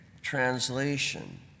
translation